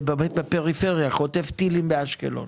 מפעל שחוטף טילים באשקלון,